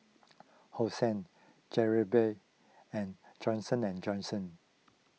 Hosen Jollibee and Johnson and Johnson